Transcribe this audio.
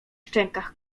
szczękach